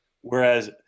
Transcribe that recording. Whereas